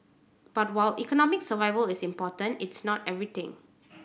but while economic survival is important it's not everything